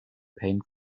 paint